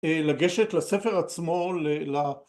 לגשת לספר עצמו, ל... ל...